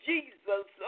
Jesus